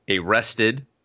arrested